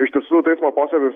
iš tiesų teismo posėdis